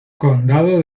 condado